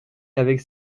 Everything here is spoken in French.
avec